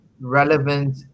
relevant